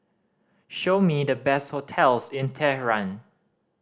show me the best hotels in Tehran